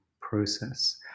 process